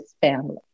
family